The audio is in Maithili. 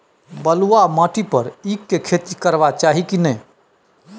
बलुआ माटी पर ईख के खेती करबा चाही की नय?